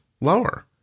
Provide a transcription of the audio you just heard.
lower